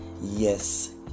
Yes